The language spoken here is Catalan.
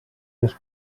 les